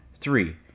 three